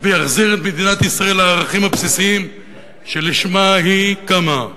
ויחזיר את מדינת ישראל לערכים הבסיסיים שלשמם היא קמה,